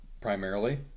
primarily